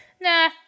Nah